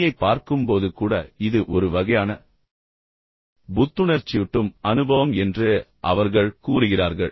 பனியைப் பார்க்கும்போது கூட இது ஒரு வகையான புத்துணர்ச்சியூட்டும் அனுபவம் என்று அவர்கள் கூறுகிறார்கள்